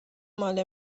مال